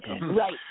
Right